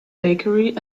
bakery